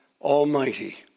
almighty